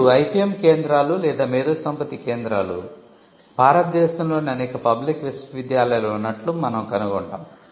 ఇప్పుడు ఐపిఎం కేంద్రాలు లేదా మేధోసంపత్తి కేంద్రాలు భారతదేశంలోని అనేక పబ్లిక్ విశ్వవిద్యాలయాలలో ఉన్నట్లు మీరు కనుగొంటారు